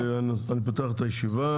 אני פותח את הישיבה.